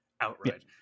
outright